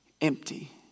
empty